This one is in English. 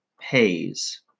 pays